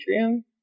atrium